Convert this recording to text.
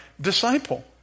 disciple